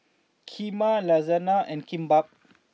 Kheema Lasagna and Kimbap